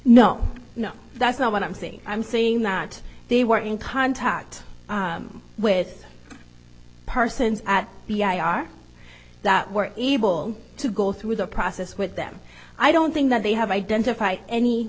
no no that's not what i'm saying i'm saying that they were in contact with persons at the i r that we're able to go through the process with them i don't think that they have identified any